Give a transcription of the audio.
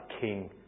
king